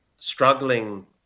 struggling